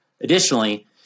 Additionally